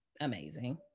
amazing